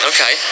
Okay